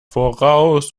voraus